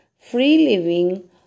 free-living